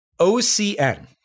OCN